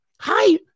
Hi